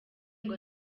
ngo